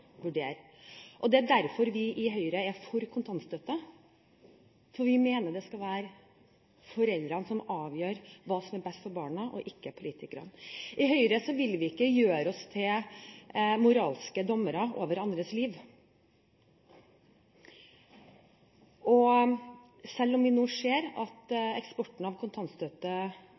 vurdere, og det er derfor vi i Høyre er for kontantstøtte. Vi mener det skal være foreldrene som avgjør hva som er best for barna, og ikke politikerne. I Høyre vil vi ikke gjøre oss til moralske dommere over andres liv. Selv om vi nå ser at eksporten av kontantstøtte